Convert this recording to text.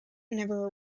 never